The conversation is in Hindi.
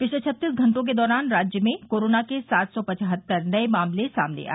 पिछले छत्तीस घंटों के दौरान राज्य में कोरोना के सात सौ पचहत्तर नये मामले सामने आए